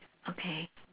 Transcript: okay